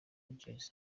jazz